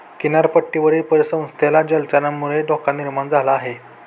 किनारपट्टीवरील परिसंस्थेला जलचरांमुळे धोका निर्माण झाला आहे